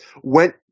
went